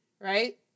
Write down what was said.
right